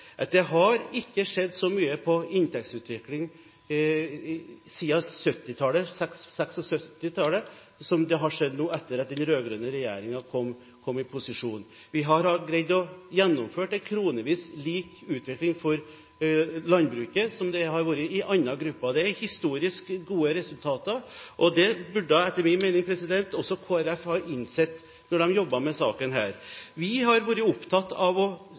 at det har ikke skjedd så mye siden 1960- og 1970-tallet når det gjelder inntektsutvikling, som nå, etter at de rød-grønne kom i posisjon. Vi har greid å gjennomføre en kronevis lik utvikling for landbruket som for andre grupper. Det er historisk gode resultater. Det burde etter min mening også Kristelig Folkeparti ha innsett da man jobbet med denne saken. Vi er opptatt av å